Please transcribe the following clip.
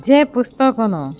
જે પુસ્તકોનો